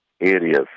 areas